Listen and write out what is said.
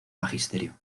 magisterio